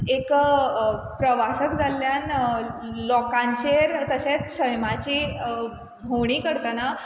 एक प्रवासक जाल्यान लोकांचेर तशेंच सैमाची भोंवडी करतना